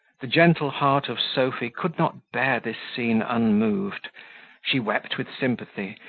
the gentle heart of sophy could not bear this scene unmoved she wept with sympathy,